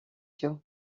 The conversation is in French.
joe